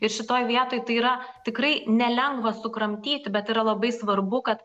ir šitoj vietoj tai yra tikrai nelengva sukramtyti bet yra labai svarbu kad